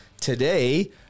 Today